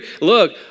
Look